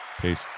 Peace